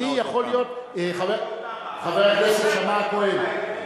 חבר הכנסת שאמה-כהן,